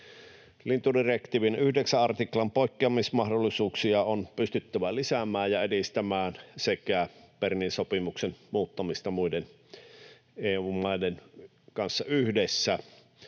Lintudirektiivin 9 artiklan poikkeamismahdollisuuksia on pystyttävä lisäämään ja edistämään sekä Bernin sopimuksen muuttamista muiden EU-maiden kanssa yhdessä